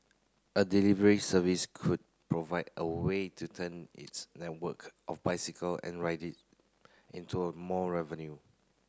a delivery service could provide a way to turn its network of bicycle and rider into a more revenue